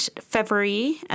February